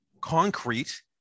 concrete